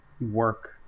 work